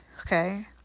Okay